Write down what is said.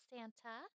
Santa